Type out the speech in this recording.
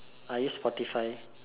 I use Spotify